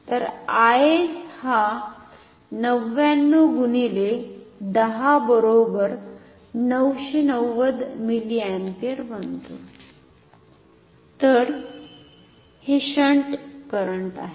तर I s हा 99 गुणिले 10 बरोबर 990 मिलिअम्पियर बनते तर हे शंट करंट आहे